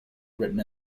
written